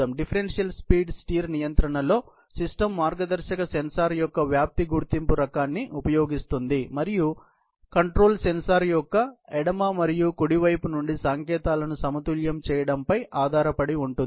differential speed steer నియంత్రణలో system మార్గదర్శక sensor యొక్క వ్యాప్తి గుర్తింపు రకాన్ని ఉపయోగిస్తుంది మరియు నియంత్రణ సెన్సార్ యొక్క ఎడమ మరియు కుడి వైపు నుండి సంకేతాలను సమతుల్యం చేయడంపై ఆధారపడి ఉంటుంది